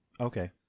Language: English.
okay